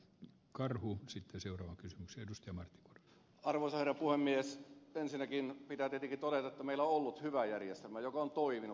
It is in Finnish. ensinnäkin pitää tietenkin todeta että meillä on apua mies kai sinäkin pidätetyt ole meillä ollut hyvä järjestelmä joka on toiminut